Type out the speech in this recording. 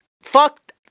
Fuck